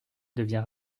devient